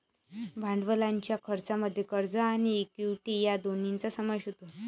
भांडवलाच्या खर्चामध्ये कर्ज आणि इक्विटी या दोन्हींचा समावेश होतो